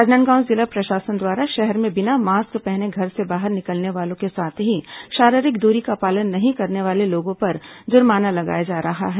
राजनांदगांव जिला प्रशासन द्वारा शहर में बिना मास्क पहने घर से बाहर निकलने वालों के साथ ही शारीरिक दूरी का पालन नहीं करने वाले लोगों पर जुर्माना लगाया जा रहा है